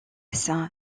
san